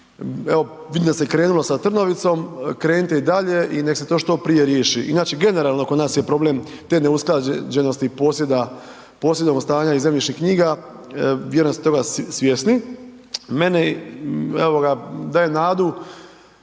Evo vidim da se krenulo sa Trnovicom, krenite i dalje i nek se to što prije riješi. Inače, generalno kod nas je problem te neusklađenosti posjedovnog stanja i zemljišnih knjiga, vjerujem da ste toga svjesni. Meni daje nadu